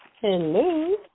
Hello